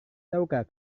tahukah